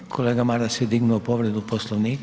Kolega Maras je dignuo povredu Poslovnika.